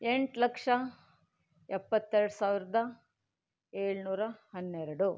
ಎಂಟು ಲಕ್ಷ ಎಪ್ಪತ್ತೆರಡು ಸಾವಿರದ ಏಳುನೂರ ಹನ್ನೆರಡು